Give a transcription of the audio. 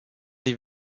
die